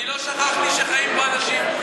אני לא שכחתי שחיים פה אנשים.